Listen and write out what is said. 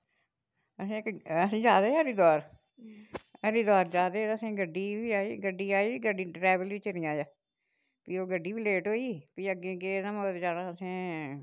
अस जा दे हे हरिद्वार हरिद्वार जा दे हे असें गड्डी बी आई गड्डी आई गड्डी डरैवर चिरें आया फ्ही ओह् गड्डी बी लेट होई फ्ही अग्गें गे मगर जाना असें